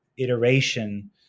iteration